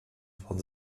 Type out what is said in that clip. von